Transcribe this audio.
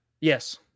Yes